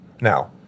Now